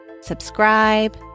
subscribe